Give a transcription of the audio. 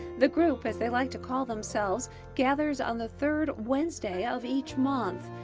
the group as they like to call themselves gathers on the third wednesday of each month.